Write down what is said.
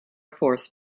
force